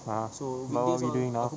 a'ah what are we doing now